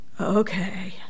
Okay